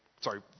sorry